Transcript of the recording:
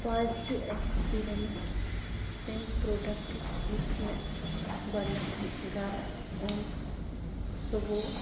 positive experience تَمہِ پرٛوڈَکٹٕچ یُس مےٚ گۄڈٕنٮ۪تھ گَرٕ اوٚن سُہ گوٚو